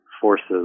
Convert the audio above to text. forces